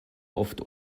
oft